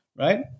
right